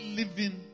living